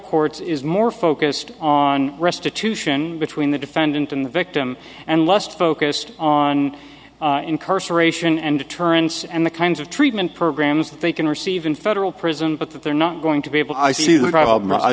courts is more focused on restitution between the defendant and the victim and lust focused on incarceration and deterrence and the kinds of treatment programs that they can receive in federal prison but that they're not going to be able